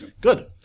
Good